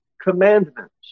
commandments